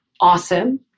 awesome